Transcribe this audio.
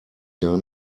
gar